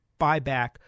buyback